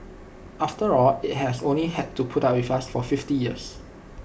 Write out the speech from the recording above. after all IT has only had to put up with us for fifty years